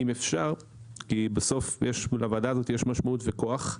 אם אפשר כי בסוף לוועדה הזאת יש משמעות וכוח,